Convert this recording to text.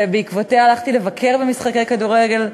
ובעקבותיה הלכתי לבקר במשחקי כדורגל.